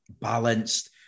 balanced